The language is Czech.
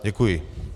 Děkuji.